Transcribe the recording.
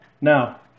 Now